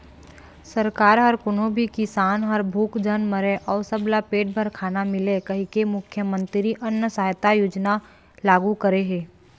सरकार ह कोनो भी किसान ह भूख झन मरय अउ सबला पेट भर खाना मिलय कहिके मुख्यमंतरी अन्न सहायता योजना लागू करे हे